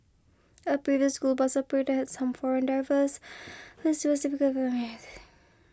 a previous school bus operator had some foreign drivers who